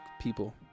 people